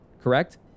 Correct